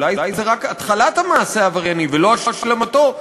אולי זה רק התחלת המעשה העברייני ולא השלמתו,